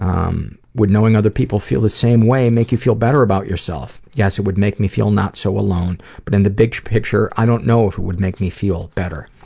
um, would knowing other people feel the same way make you feel better about yourself? yes, it would make me feel not so alone, but in the big picture i don't know if it would make me feel better.